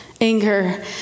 anger